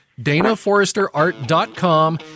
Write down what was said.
DanaForesterArt.com